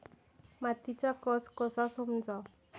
मातीचा कस कसा समजाव?